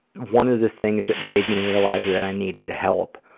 one of the things that made me realize that i needed help,